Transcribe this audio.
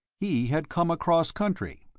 he had come across country,